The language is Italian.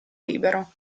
libero